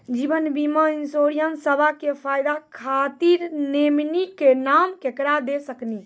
जीवन बीमा इंश्योरेंसबा के फायदा खातिर नोमिनी के नाम केकरा दे सकिनी?